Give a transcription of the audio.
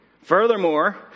Furthermore